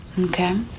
Okay